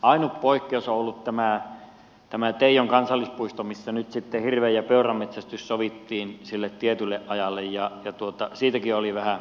ainut poikkeus on ollut teijon kansallispuisto missä nyt hirven ja peuran metsästys sovittiin sille tietylle ajalle ja siitäkin oli vähän erimielisyyttä